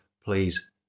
please